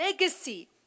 legacy